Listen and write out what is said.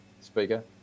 speaker